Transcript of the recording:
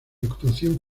actuación